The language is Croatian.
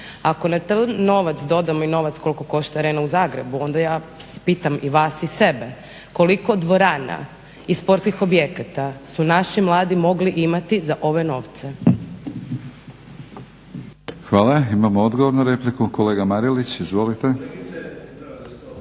Ako na taj novac dodamo i novac koliko košta Arena u Zagrebu, onda ja pitam i vas i sebe, koliko dvorana i sportskih objekata su naši mladi mogli imati za ove novce? **Batinić, Milorad (HNS)** Hvala. Imamo odgovor na repliku, kolega Marelić. Izvolite.